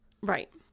Right